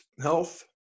health